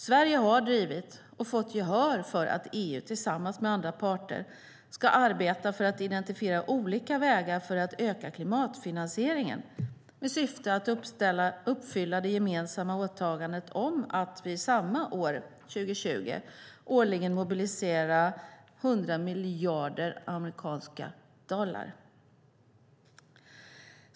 Sverige har drivit och fått gehör för att EU, tillsammans med andra parter, ska arbeta för att identifiera olika vägar för att öka klimatfinansieringen med syfte att uppfylla det gemensamma åtagandet om att vid samma år, 2020, årligen mobilisera 100 miljarder amerikanska dollar.